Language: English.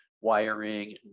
wiring